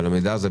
אבל המידע הזה,